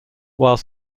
while